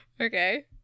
Okay